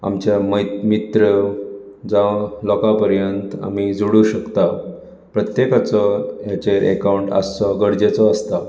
आमचें मै मित्र जावं लोकां पर्यंत आमी जोडूंक शकतात प्रत्येकाचो हेंचेर एकावंट आसचो गरजेचो आसता